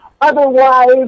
Otherwise